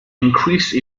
increase